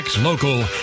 local